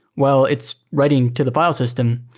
well, it's writing to the file system.